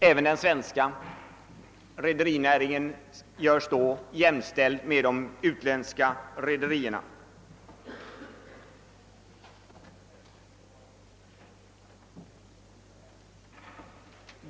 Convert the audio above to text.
även de svenska rederierna måste därför vara jämställda med de utländska.